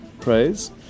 praise